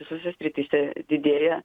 visose srityse didėja